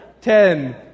Ten